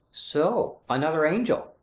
so! another angel.